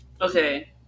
Okay